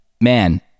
man